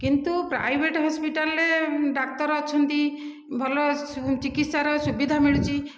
କିନ୍ତୁ ପ୍ରାଇଭେଟ ହସ୍ପିଟାଲରେ ଡାକ୍ତର ଅଛନ୍ତି ଭଲ ଚିକିତ୍ସାର ସୁବିଧା ମିଳୁଛି